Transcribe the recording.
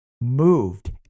moved